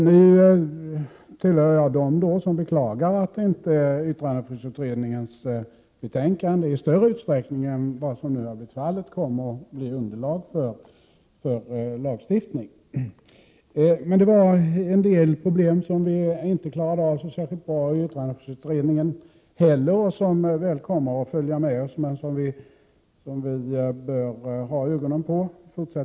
Jag tillhör dem som beklagar att yttrandefrihetsutredningens betänkande inte i större utsträckning än som nu har blivit fallet kommer att utgöra underlag för lagstiftning. Men det var en del problem som vi inte klarade av så särskilt bra i yttrandefrihetsutredningen heller, som väl kommer att följa oss och som vi fortsättningsvis bör ha ögonen på.